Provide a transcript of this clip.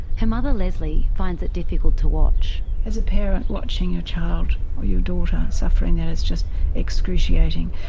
her mother lesley finds it difficult to watch. as a parent, watching your child or your daughter suffering, that is just excruciating.